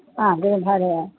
हा